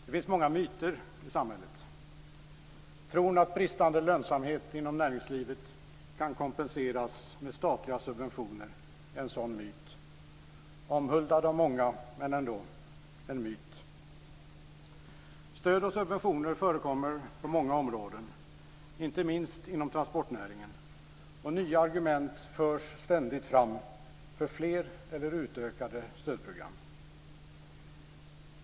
Herr talman! Det finns många myter i samhället. Tron att bristande lönsamhet inom näringslivet kan kompenseras med statliga subventioner är en sådan myt - omhuldad av många, men ändå en myt. Stöd och subventioner förekommer på många områden, inte minst inom transportnäringen, och nya argument förs ständigt fram för fler eller utökade stödprogram.